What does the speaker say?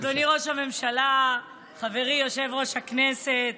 אדוני ראש הממשלה, חברי יושב-ראש הכנסת,